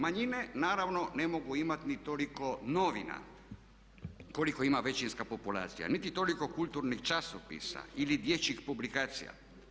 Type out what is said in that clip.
Manjine naravno ne mogu imati ni toliko novina koliko ima većinska populacija niti toliko kulturnih časopisa ili dječjih publikacija.